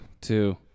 two